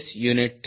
S unit